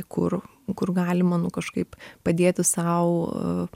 kur kur galima nu kažkaip padėti sau